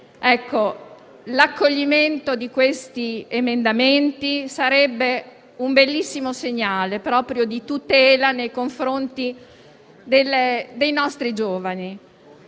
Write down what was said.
L'approvazione di tali emendamenti sarebbe un bellissimo segnale di tutela nei confronti dei nostri giovani;